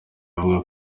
avuga